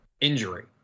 injury